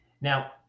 Now